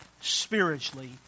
spiritually